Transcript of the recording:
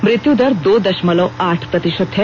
मृत्यु दर दो दर्शमलव आठ प्रतिशत है